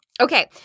Okay